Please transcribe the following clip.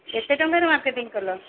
କେତେ ଟଙ୍କାର ମାର୍କେଟିଂ କଲ